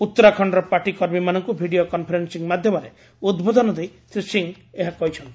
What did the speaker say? ଉତ୍ତରାଖଣ୍ଡର ପାର୍ଟି କର୍ମୀମାନଙ୍କୁ video conferencing ମାଧ୍ୟମରେ ଉଦ୍ବୋଧନ ଦେଇ ଶ୍ରୀ ସିଂହ ଏହା କହିଛନ୍ତି